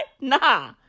Nah